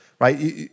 right